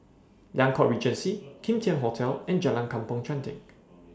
Liang Court Regency Kim Tian Hotel and Jalan Kampong Chantek